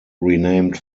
renamed